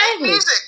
music